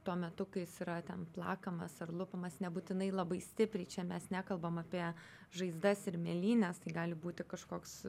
tuo metu kai jis yra ten plakamas ar lupamas nebūtinai labai stipriai čia mes nekalbam apie žaizdas ir mėlynes tai gali būti kažkoks